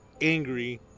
angry